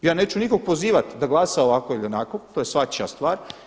Ja neću nikog pozivat da glasa ovako ili onako, to je svačija stvar.